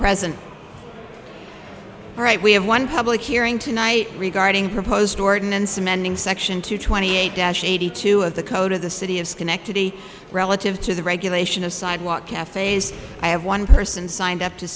present all right we have one public hearing tonight regarding proposed ordinance amending section two twenty eight dash eighty two of the code of the city of schenectady relative to the regulation of sidewalk cafes i have one person signed up to